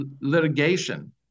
litigation